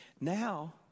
Now